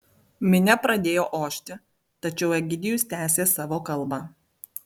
minia pradėjo ošti tačiau egidijus tęsė savo kalbą